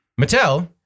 Mattel